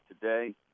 today